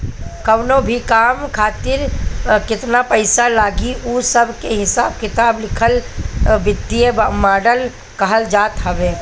कवनो भी काम खातिर केतन पईसा लागी उ सब के हिसाब किताब लिखल वित्तीय मॉडल कहल जाला